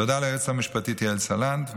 תודה ליועצת המשפטית יעל סלנט,